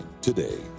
today